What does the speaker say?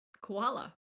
koala